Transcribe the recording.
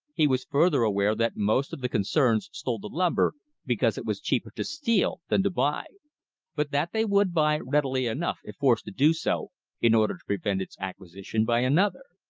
he was further aware that most of the concerns stole the timber because it was cheaper to steal than to buy but that they would buy readily enough if forced to do so in order to prevent its acquisition by another.